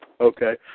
Okay